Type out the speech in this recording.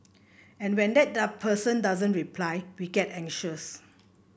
and when that person doesn't reply we get anxious